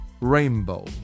Rainbow